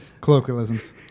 Colloquialisms